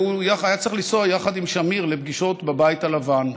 והוא היה צריך לנסוע יחד עם שמיר לפגישות בבית הלבן.